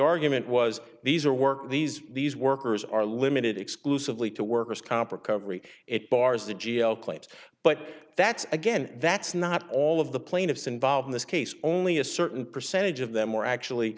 argument was these are work these these workers are limited exclusively to workers comp recovery it bars the g a o claims but that's again that's not all of the plaintiffs involved in this case only a certain percentage of them are actually